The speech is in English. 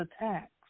attacks